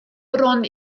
bron